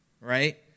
Right